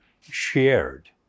shared